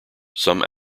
some